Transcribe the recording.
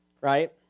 right